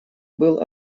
был